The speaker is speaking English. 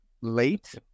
late